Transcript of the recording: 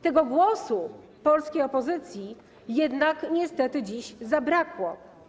Tego głosu polskiej opozycji niestety dziś zabrakło.